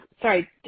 Sorry